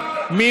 בעד?